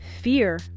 Fear